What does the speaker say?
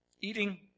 eating